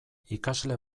ikasle